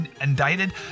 indicted